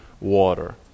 water